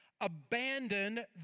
abandon